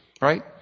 right